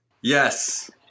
Yes